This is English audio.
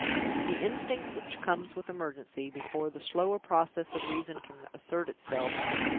the instinct which comes with emergency, before the slower process of reason can assert itself,